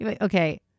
Okay